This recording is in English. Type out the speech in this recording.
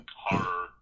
horror